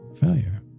failure